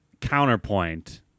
counterpoint